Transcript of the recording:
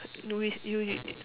we is you is is